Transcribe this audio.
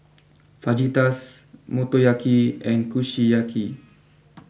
Fajitas Motoyaki and Kushiyaki